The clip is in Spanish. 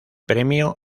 premio